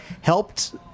helped